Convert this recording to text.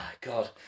God